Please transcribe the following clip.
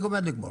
אני עומד לסיים.